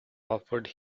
offered